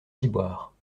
ciboire